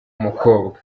umukobwa